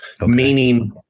meaning